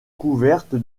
couverte